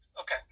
Okay